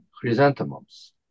chrysanthemums